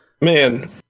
Man